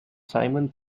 simon